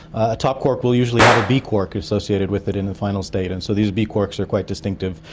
a top quark will usually have a b quark associated with it in the final state, and so these b quarks are quite distinctive.